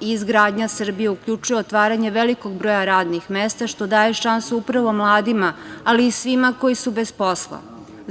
i izgradnja Srbije uključuje otvaranje velikog broja radnih mesta, što daje šansu upravo mladima, ali i svima koji su bez posla.